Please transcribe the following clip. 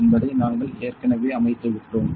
என்பதை நாங்கள் ஏற்கனவே அமைத்துவிட்டோம்